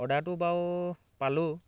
অৰ্ডাৰটো বাৰু পালোঁ